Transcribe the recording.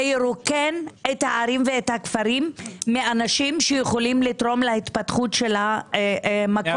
זה ירוקן את הערים ואת הכפרים מאנשים שיכולים להתפתחות של המקום.